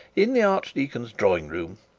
in the archdeacon's drawing-room,